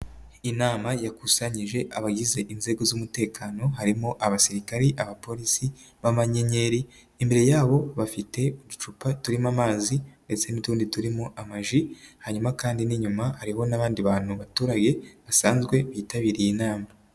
Inama yakusanyije abagize inzego z'umutekano harimo abasirikari, abapolisi, b'amayenyeri imbere yabo bafite uducupa turimo amazi, ndetse n'utundi turimo amaji, hanyuma kandi n'inyuma hariho n'abandi bantu abaturage basanzwe bitabiriye inama.